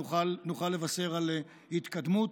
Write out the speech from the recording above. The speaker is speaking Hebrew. נוכל לבשר על התקדמות.